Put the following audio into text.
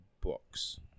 books